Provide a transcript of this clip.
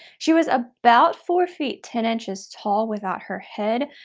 she was about four feet ten inches tall without her head,